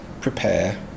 prepare